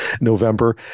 November